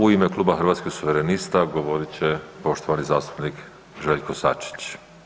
U ime kluba Hrvatskih suverenista govorit će poštovani zastupnik Željko Sačić.